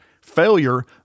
Failure